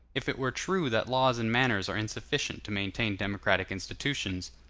if it were true that laws and manners are insufficient to maintain democratic institutions,